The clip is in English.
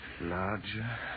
Larger